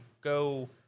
go